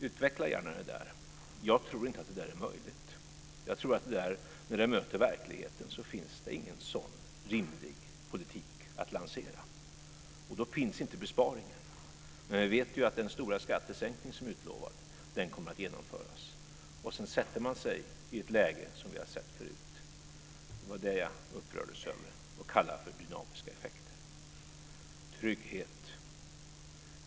Utveckla gärna det där! Jag tror inte att det där är möjligt. Jag tror att när det möter verkligheten finns det ingen sådan rimlig politik att lansera, och då finns inte besparingen. Men vi vet ju att den stora skattesänkning som är utlovad kommer att genomföras, och sedan försätter man sig i ett läge som vi har sett förut. Det var detta som jag upprördes över och kallade för dynamiska effekter.